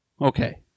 Okay